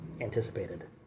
anticipated